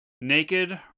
naked